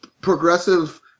progressive